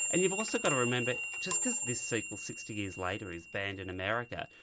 and you've also got to remember just because this sequel sixty years later is banned in america,